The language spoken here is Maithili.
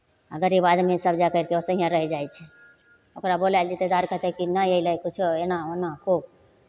आ गरीब आदमी सभ जा करि कऽ ओसहिए रहि जाइ छै ओकरा बोलाएल जेतै तऽ आर कहतै कि नहि अयलै किछो एना ओना ओ